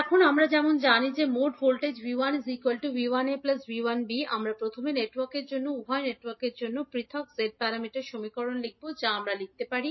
এখন আমরা যেমন জানি যে মোট ভোল্টেজ 𝐕1 𝐕1𝒂 𝐕1𝒃 আমরা প্রথমে নেটওয়ার্কের জন্য উভয় নেটওয়ার্কের জন্য পৃথক z প্যারামিটার সমীকরণ লিখব যা আমরা লিখতে পারি